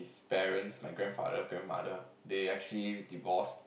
parents my grandfather grandmother they actually divorced